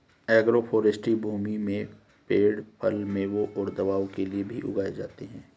agroforestry भूमि में पेड़ फल, मेवों और दवाओं के लिए भी उगाए जाते है